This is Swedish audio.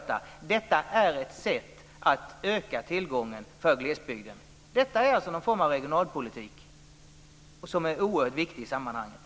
Detta är ett sätt att öka tillgången för glesbygden. Detta är en form av oerhört viktig regionalpolitik.